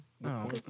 No